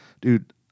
Dude